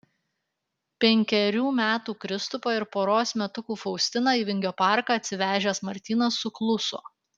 penkerių metų kristupą ir poros metukų faustiną į vingio parką atsivežęs martynas sukluso